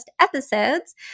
episodes